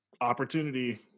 opportunity